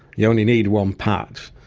you only need one patch,